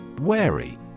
Wary